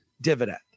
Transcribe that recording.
dividend